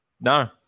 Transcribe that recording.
no